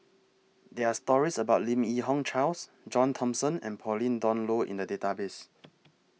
There Are stories about Lim Yi Yong Charles John Thomson and Pauline Dawn Loh in The Database